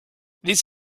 this